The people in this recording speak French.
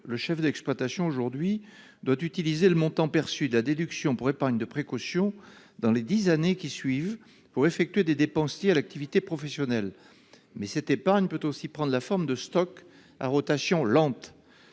Le chef d'exploitation doit aujourd'hui utiliser le montant perçu de la déduction pour épargne de précaution dans les dix années qui suivent pour effectuer des dépenses liées à l'activité professionnelle. Mais cette épargne peut aussi prendre la forme de stock à rotation lente.